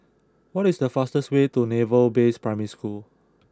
what is the fastest way to Naval Base Primary School